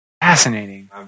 Fascinating